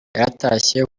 yaratashye